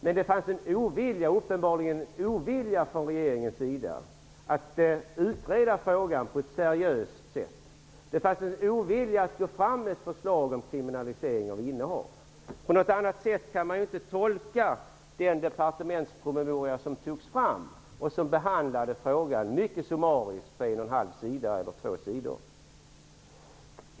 Men det fanns uppenbarligen en ovilja från regeringens sida att utreda frågan på ett seriöst sätt. Det fanns en ovilja att gå fram med ett förslag om kriminalisering av innehav. På något annat sätt kan man inte tolka den departementspromemoria som togs fram, där frågan behandlades mycket summariskt, på högst två sidor.